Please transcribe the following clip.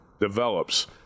develops